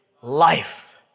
life